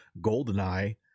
GoldenEye